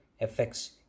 affects